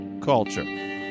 Culture